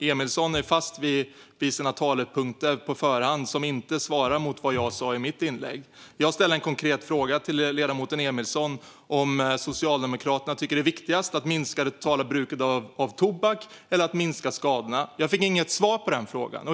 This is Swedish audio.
Emilsson är fast vid sina talepunkter på förhand som inte svarar mot vad jag sa i mitt inlägg. Jag ställde en konkret fråga till ledamoten Emilsson om Socialdemokraterna tycker att det är viktigast att minska det totala bruket av tobak eller att minska skadorna. Jag fick inget svar på den frågan.